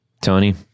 Tony